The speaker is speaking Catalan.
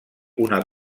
una